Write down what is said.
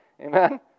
Amen